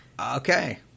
Okay